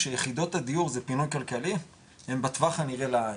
כשיחידות הדיור זה פינוי כלכלי הם בטווח הנראה לעין.